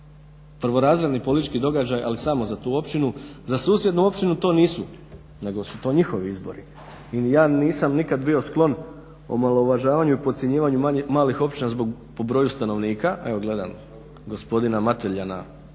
Prvorazredni politički događaj ali samo za tu općinu. Za susjednu općinu to nisu nego su to njihovi izbori. Ja nisam nikad bio sklon omalovažavanju i podcjenjivanju malih općina po broju stanovnika, evo gledam gospodina Mateljana